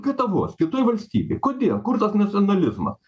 gatavos kitoj valstybėj kodėl kur tas nacionalizmas